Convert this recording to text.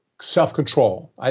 self-control